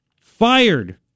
Fired